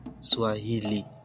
swahili